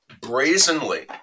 brazenly